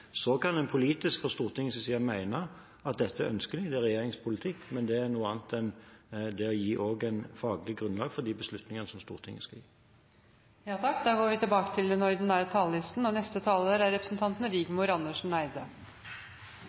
Så kan en politisk fra Stortingets side mene at dette er ønskelig, det er regjeringens politikk. Men det er noe annet enn også å gi et faglig grunnlag for de beslutningene som Stortinget skal ta. Replikkordskiftet er over. De talere som heretter får ordet, har en taletid på inntil 3 minutter. Som flere har nevnt – aborttallene gir grunn til